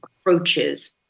approaches